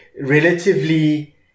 relatively